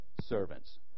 servants